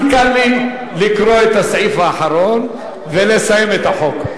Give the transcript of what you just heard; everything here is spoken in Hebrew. הכי קל לי לקרוא את הסעיף האחרון ולסיים את החוק.